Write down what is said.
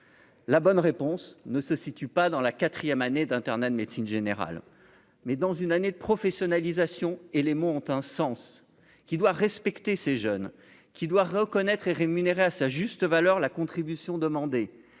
La bonne réponse, ne se situe pas dans la 4ème année d'internat de médecine générale, mais dans une année de professionnalisation et les mots ont un sens qui doit respecter ses jeunes qui doit reconnaître est rémunéré à sa juste valeur la contribution demandée